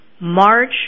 March